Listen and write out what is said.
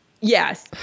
Yes